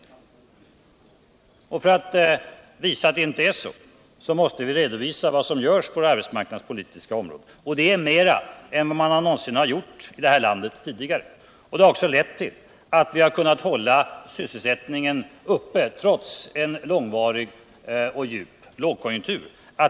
Jag vill visa att det inte är så. Då måste vi redovisa vad som görs på det arbetsmarknadspolitiska området, och det är som sagt mera än man någonsin gjort i det här landet tidigare. Det är också anledningen till att vi kunnat hålla sysselsättningen uppe trots en långvarig och djup lågkonjunktur.